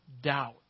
doubt